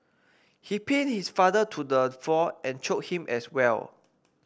he pinned his father to the floor and choked him as well